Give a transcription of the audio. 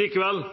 Likevel